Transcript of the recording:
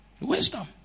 Wisdom